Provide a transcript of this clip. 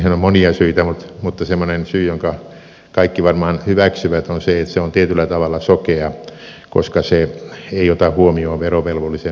siihen on monia syitä mutta semmoinen syy jonka kaikki varmaan hyväksyvät on se että se on tietyllä tavalla sokea koska se ei ota huomioon verovelvollisen veronmaksukykyä